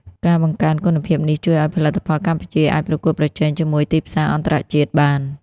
ការបង្កើនគុណភាពនេះជួយឱ្យផលិតផលកម្ពុជាអាចប្រកួតប្រជែងជាមួយទីផ្សារអន្តរជាតិបាន។